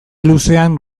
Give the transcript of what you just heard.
luzean